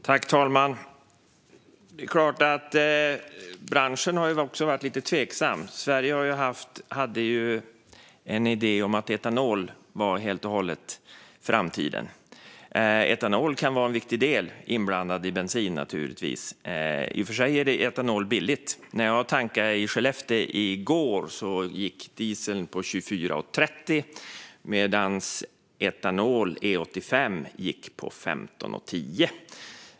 Herr talman! Branschen har ju också varit lite tveksam - Sverige hade en idé om att etanol var helt och hållet framtiden. Men inblandad i bensin kan etanol naturligtvis vara en viktig del. I och för sig är etanol billigt; när jag tankade i Skellefteå i går gick dieseln på 24,30 medan etanol - E85 - gick på 15,10.